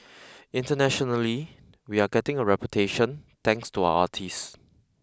internationally we're getting a reputation thanks to our artist